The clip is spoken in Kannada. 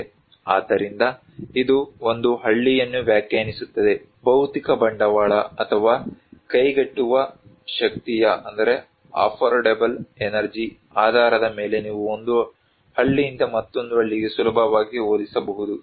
ಆದ್ದರಿಂದ ಇದು ಒಂದು ಹಳ್ಳಿಯನ್ನು ವ್ಯಾಖ್ಯಾನಿಸುತ್ತದೆ ಭೌತಿಕ ಬಂಡವಾಳ ಅಥವಾ ಕೈಗೆಟುಕುವ ಶಕ್ತಿಯ ಆಧಾರದ ಮೇಲೆ ನೀವು ಒಂದು ಹಳ್ಳಿಯಿಂದ ಮತ್ತೊಂದು ಹಳ್ಳಿಗೆ ಸುಲಭವಾಗಿ ಹೋಲಿಸಬಹುದು